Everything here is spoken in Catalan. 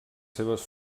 seves